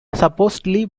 supposedly